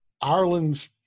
Ireland's